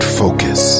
focus